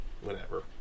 whenever